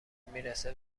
میرسه